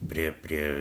prie prie